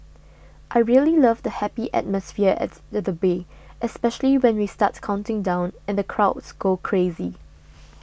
I really love the happy atmosphere at the at bay especially when we start counting down and the crowds go crazy